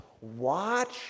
watch